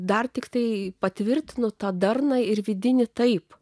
dar tiktai patvirtino tą darną ir vidinį taip